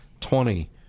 twenty